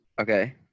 Okay